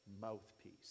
mouthpiece